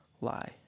lie